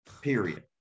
period